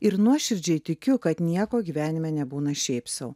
ir nuoširdžiai tikiu kad nieko gyvenime nebūna šiaip sau